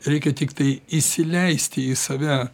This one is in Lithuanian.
reikia tiktai įsileisti į save